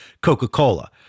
Coca-Cola